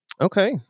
Okay